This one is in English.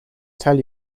tell